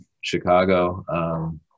Chicago